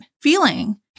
feeling